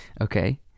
Okay